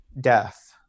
death